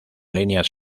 líneas